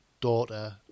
daughter